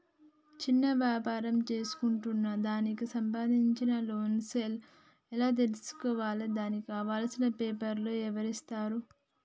చిన్న వ్యాపారం చేసుకుంటాను దానికి సంబంధించిన లోన్స్ ఎలా తెలుసుకోవాలి దానికి కావాల్సిన పేపర్లు ఎవరిస్తారు?